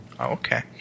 Okay